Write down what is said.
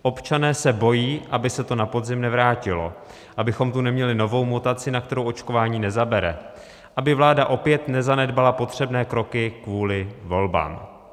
Občané se bojí, aby se to na podzim nevrátilo, abychom tu neměli novou mutaci, na kterou očkování nezabere, aby vláda opět nezanedbala potřebné kroky kvůli volbám.